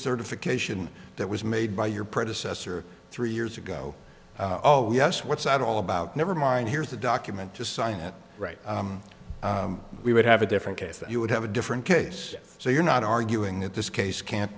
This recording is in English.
certification that was made by your predecessor three years ago oh yes what's that all about never mind here's the document just sign it right we would have a different case that you would have a different case so you're not arguing that this case can't